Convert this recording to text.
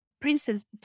princess